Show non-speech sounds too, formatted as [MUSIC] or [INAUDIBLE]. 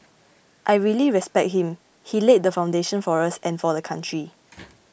I really respect him he laid the foundation for us and for the country [NOISE]